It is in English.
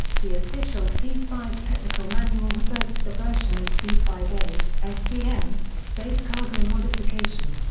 the official c five technical manual refers to the version as c five a scm space cargo modification.